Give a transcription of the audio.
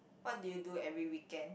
what do you do every weekend